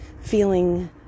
feeling